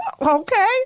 Okay